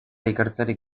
ikertzerik